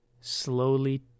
slowly